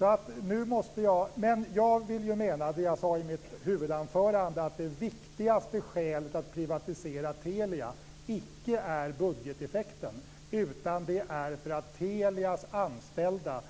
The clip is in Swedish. I mitt huvudanförande sade jag att det viktigaste skälet för att privatisera Telia inte är budgeteffekten utan att Telias anställda